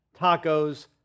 tacos